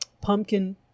pumpkin